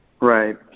Right